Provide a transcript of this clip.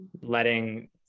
letting